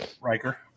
Riker